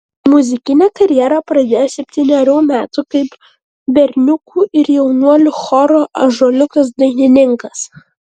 muzikinę karjerą pradėjo septynerių metų kaip berniukų ir jaunuolių choro ąžuoliukas dainininkas